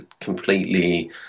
completely